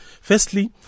firstly